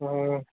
हम्म